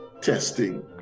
testing